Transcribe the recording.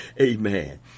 Amen